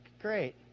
great